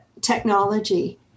technology